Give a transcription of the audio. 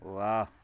वाह